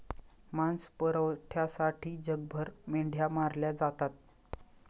मांस पुरवठ्यासाठी जगभर मेंढ्या मारल्या जातात